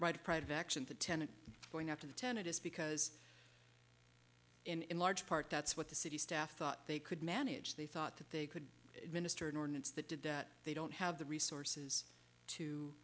tenant going up to the tenet is because in large part that's what the city staff thought they could manage they thought that they could administer an ordinance that did that they don't have the resources to